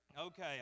Okay